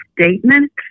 statement